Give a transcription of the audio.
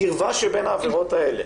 הקרבה שבין העבירות האלה,